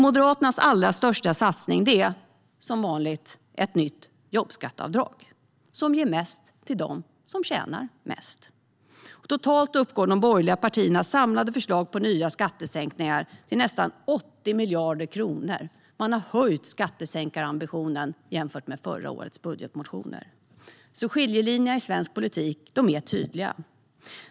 Moderaternas allra största satsning är som vanligt ett nytt jobbskatteavdrag som ger mest till dem som tjänar mest. Totalt uppgår de borgerliga partiernas samlade förslag på nya skattesänkningar till nästan 80 miljarder kronor. Man har höjt skattesänkarambitionen jämfört med förra årets budgetmotioner. Skiljelinjerna i svensk politik är alltså tydliga.